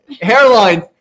hairline